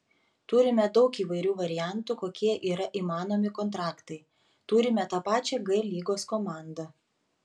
turime daug įvairių variantų kokie yra įmanomi kontraktai turime tą pačią g lygos komandą